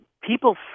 people